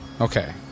Okay